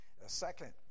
second